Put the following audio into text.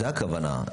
זו הכוונה.